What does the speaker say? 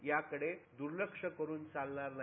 याकडे दर्लक्ष करून चालणार नाही